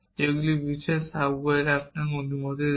যেগুলি বিশেষ সাবগোয়েল আপনাকে অনুমতি দেয়